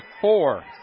four